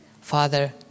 Father